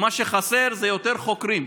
מה שחסר זה יותר חוקרים,